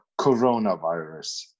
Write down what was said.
coronavirus